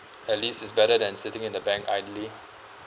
at least is better than sitting in the bank idly